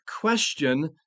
question